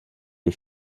est